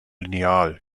lineal